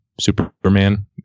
Superman